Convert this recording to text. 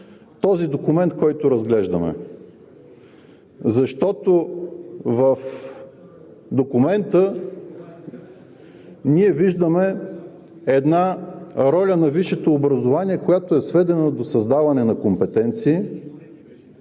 този документ, който разглеждаме. Защото в документа ние виждаме една роля на висшето образование, която е сведена до създаване на компетенции,